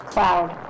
Cloud